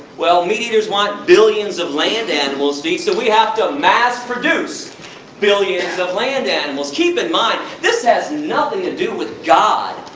well, meat eaters want billions of land animals to eat, so we have to mass produce billions of land animals. keep in mind, this has nothing to do with god.